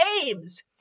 games